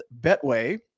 Betway